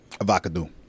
avocado